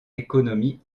économies